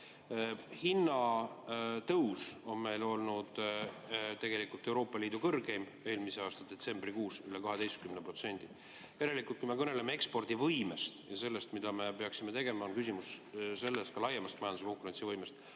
Hinnatõus on meil olnud tegelikult Euroopa Liidu kõrgeim, eelmise aasta detsembrikuus oli see üle 12%. Järelikult, kui me kõneleme ekspordivõimest ja sellest, mida me peaksime tegema, majanduse laiemast konkurentsivõimest,